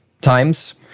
times